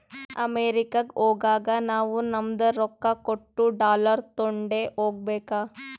ಅಮೆರಿಕಾಗ್ ಹೋಗಾಗ ನಾವೂ ನಮ್ದು ರೊಕ್ಕಾ ಕೊಟ್ಟು ಡಾಲರ್ ತೊಂಡೆ ಹೋಗ್ಬೇಕ